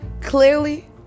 Clearly